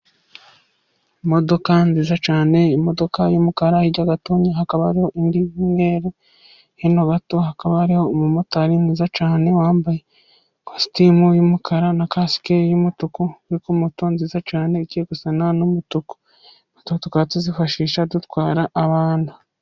Imodoka nziza cyane, imodoka y'umukara, hirya gatonya hakaba hariho indi y'umweru, hino hato hakaba hariho umumotari mwiza cyane, wambaye ikositimu y'umukara na kasike y'umutuku, uri ku moto nziza cyane igiye gusa n'umutuku, moto tukaba tuzifashisha dutwara abantu.